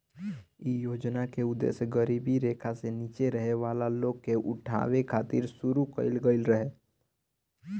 इ योजना के उद्देश गरीबी रेखा से नीचे रहे वाला लोग के उठावे खातिर शुरू कईल गईल रहे